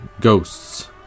ghosts